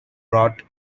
brought